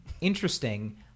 Interesting